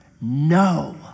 no